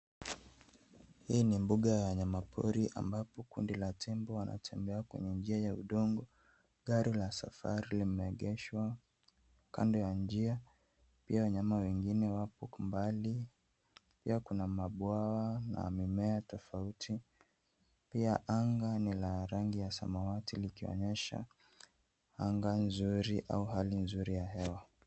Hii ni mboga ya wanyama pori ambapo kundi la tembo wanatembea kwenye njia ya udongo. Gari la safari limeegeshwa kando ya njia, pia wanyama wengine wako mbali. Pia kuna mabwawa na mimea tofauti, pia anga ni la rangi ya samawati likionyesha anga nzuri au hali nzuri ya hewa.